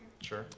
Sure